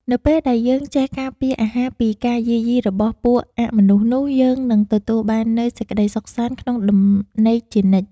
នៅពេលដែលយើងចេះការពារអាហារពីការយាយីរបស់ពួកអមនុស្សនោះយើងនឹងទទួលបាននូវសេចក្តីសុខសាន្តក្នុងដំណេកជានិច្ច។